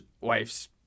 wife's